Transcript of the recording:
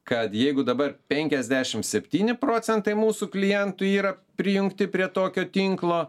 kad jeigu dabar penkiasdešimt septyni procentai mūsų klientų yra prijungti prie tokio tinklo